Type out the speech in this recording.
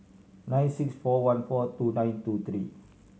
nine six four one four two nine two three